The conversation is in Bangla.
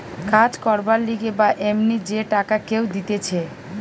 কাজ করবার লিগে বা এমনি যে টাকা কেউ দিতেছে